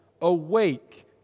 awake